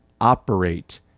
operate